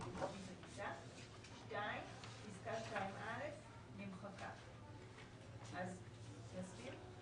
בכרטיס הטיסה,"; (2)פסקה (2א) נמחקה." " להסביר?